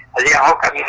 the outcome